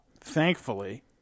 thankfully